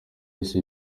yose